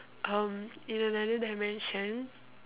um in another dimension